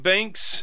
Banks